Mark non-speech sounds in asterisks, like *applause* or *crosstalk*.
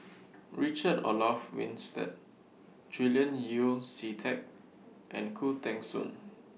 *noise* Richard Olaf Winstedt Julian Yeo See Teck and Khoo Teng Soon